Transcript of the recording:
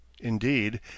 Indeed